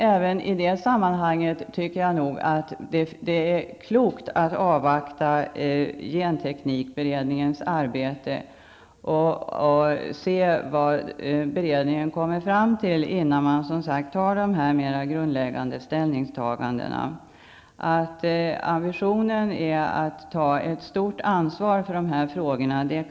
Även i det sammanhanget tycker jag att det är klokt att avvakta genteknikberedningens arbete och se vad beredningen kommer fram till, innan man på ett mer grundläggande sätt tar ställning. Ingen kan missta sig på att ambitionen är att ta ett stort ansvar för de här frågorna.